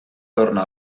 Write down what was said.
torna